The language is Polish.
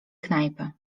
knajpy